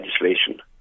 legislation